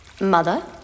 Mother